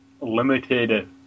limited